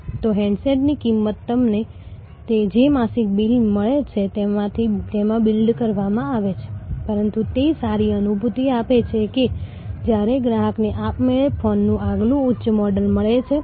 તમે તેને કેવી રીતે હેન્ડલ કરો છો તેના આધારે સંદર્ભનું મૂલ્ય ખરેખર મોટો ગુણક હોઈ શકે છે અને વાસ્તવમાં આ રેફરલ સિસ્ટમ એક લહેર હોઈ શકે છે અને તેથી એક વ્યક્તિ પાંચ વ્યક્તિઓને સંદર્ભિત કરી શકે છે અને તે પાંચ વ્યક્તિઓ દરેકમાં પાંચ લાવી શકે છે